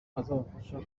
azabafasha